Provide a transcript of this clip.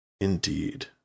Indeed